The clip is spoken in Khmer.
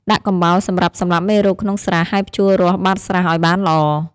ដាក់កំបោរសម្រាប់សម្លាប់មេរោគក្នុងស្រះ ហើយភ្ជួររាស់បាតស្រះឲ្យបានល្អ។